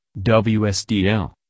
WSDL